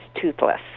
toothless